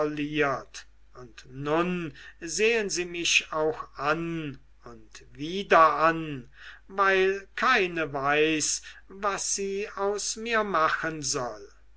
und nun sehen sie mich auch an und wieder an weil keine weiß was sie aus mir machen soll